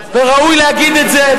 וראוי להגיד את זה,